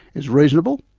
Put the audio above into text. is reasonable.